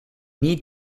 need